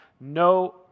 no